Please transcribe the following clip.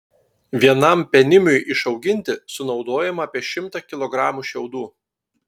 vienam penimiui išauginti sunaudojama apie šimtą kilogramų šiaudų